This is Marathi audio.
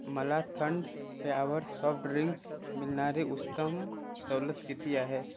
मला थंड पेयावर सॉफ्ट ड्रिंक्स मिळणारे उस्तम सवलत किती आहे